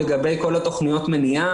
כל תכניות המניעה,